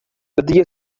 لدي